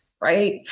right